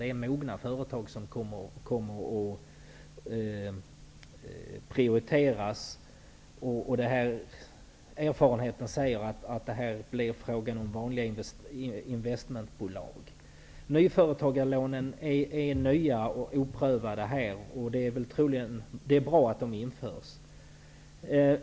Det är mogna företag som kommer att prioriteras, och erfarenheten säger att det här blir fråga om vanliga investmentbolag. Nyföretagarlånen är nya och oprövade i detta sammanhang, och det bra att de införs.